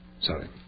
Sorry